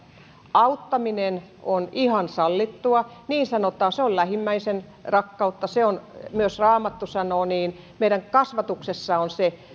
auttaminen on ihan sallittua se on niin sanottua lähimmäisenrakkautta myös raamattu sanoo niin meidän kasvatuksessa on se